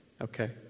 Okay